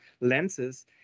lenses